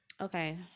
Okay